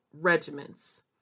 Regiments